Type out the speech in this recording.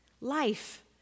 life